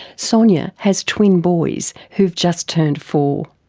sonya has twin boys, who've just turned four.